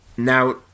Now